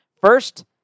First